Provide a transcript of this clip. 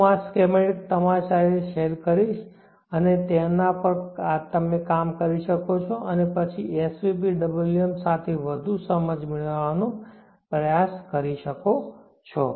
હું આ સ્કેમેટિક તમારી સાથે શેર કરીશ તમે તેના પર કામ કરી શકો છો અને પછી svpwm સાથે વધુ સમજ મેળવવાનો પ્રયાસ કરી શકો છો